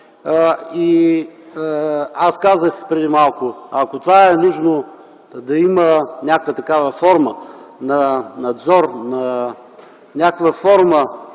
Аз казах преди малко – ако е нужно да има някаква такава форма на надзор, някаква форма